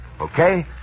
Okay